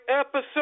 episode